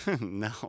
No